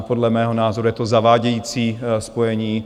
Podle mého názoru je to zavádějící spojení.